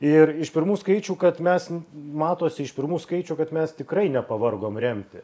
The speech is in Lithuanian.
ir iš pirmų skaičių kad mes matosi iš pirmų skaičių kad mes tikrai nepavargom remti